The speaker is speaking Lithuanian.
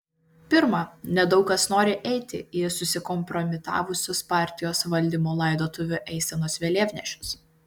pirma nedaug kas nori eiti į susikompromitavusios partijos valdymo laidotuvių eisenos vėliavnešius